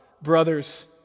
brothers